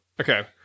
Okay